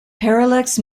parallax